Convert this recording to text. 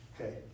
Okay